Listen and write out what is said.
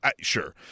Sure